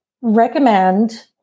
recommend